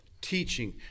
teaching